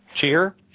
Cheer